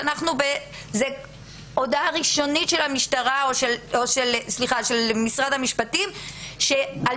זו הודעה ראשונית של משרד המשפטים שעל